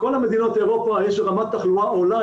בכל מדינות אירופה יש רמת תחלואה עולה,